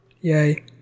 Yay